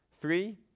Three